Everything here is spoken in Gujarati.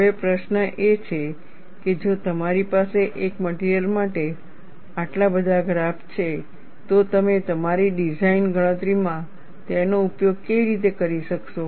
હવે પ્રશ્ન એ છે કે જો તમારી પાસે એક મટિરિયલ માટે આટલા બધા ગ્રાફ છે તો તમે તમારી ડિઝાઇન ગણતરીમાં તેનો ઉપયોગ કેવી રીતે કરી શકશો